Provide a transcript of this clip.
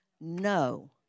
No